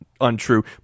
untrue